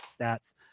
stats